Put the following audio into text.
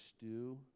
stew